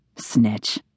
snitch